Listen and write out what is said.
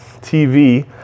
TV